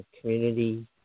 community